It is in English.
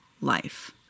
life